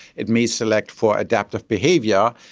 it may select for adaptive behaviour,